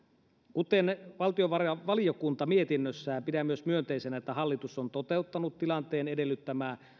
kuten valtiovarainvaliokunta mietinnössään pidän myös myönteisenä että hallitus on toteuttanut tilanteen edellyttämää